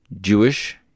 Jewish